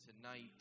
Tonight